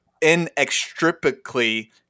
inextricably